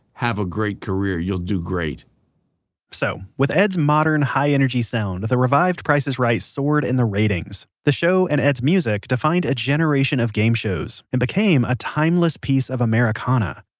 have a great career, you'll do great so, with edd's modern, high-energy sound, the revived price is right soared in the ratings. the show, and edd's music, defined a generation of game shows, and became a timeless piece of americana.